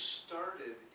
started